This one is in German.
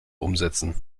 umsetzen